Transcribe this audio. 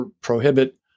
prohibit